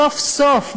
סוף-סוף,